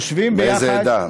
יושבים ביחד, מאיזו עדה?